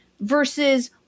versus